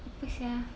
apa sia